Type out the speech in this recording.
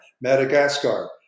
Madagascar